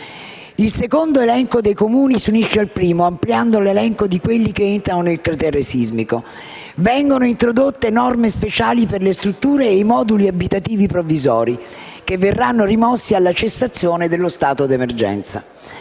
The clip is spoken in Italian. Il secondo elenco dei Comuni si unisce al primo, ampliando l'elenco di quelli che entrano nel cratere sismico. Vengono introdotte norme speciali per le strutture e i moduli abitativi provvisori, che verranno rimossi alla cessazione dello stato d'emergenza.